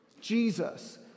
Jesus